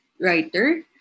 writer